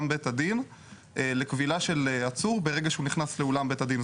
בית הדין לכבילה של עצור ברגע שהוא נכנס לאולם בית הדין.